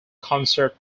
concert